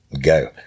go